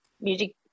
music